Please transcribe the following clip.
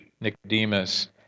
Nicodemus